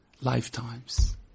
lifetimes